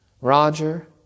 Roger